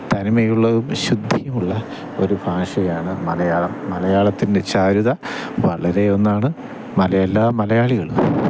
തനിമയുള്ളതും ശുദ്ധിയുള്ള ഒരു ഭാഷയാണ് മലയാളം മലയാളത്തിൻ്റെ ചാരുത വളരെയൊന്നാണ് എല്ലാ മലയാളികളും